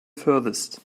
furthest